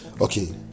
Okay